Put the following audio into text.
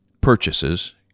purchases